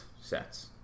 sets